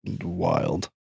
Wild